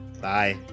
Bye